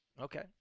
Okay